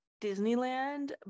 Disneyland